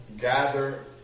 gather